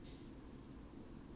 I wanna be a tai tai